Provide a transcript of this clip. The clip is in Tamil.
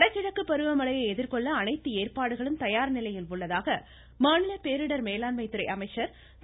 வடகிழக்கு பருவமழையை எதிர்கொள்ள அனைத்து ஏற்பாடுகளும் தயார் நிலையில் உள்ளதாக மாநில பேரிடர் மேலாண்மை துறை அமைச்சர் திரு